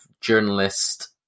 journalist